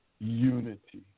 Unity